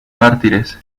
mártires